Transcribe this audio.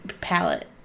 palette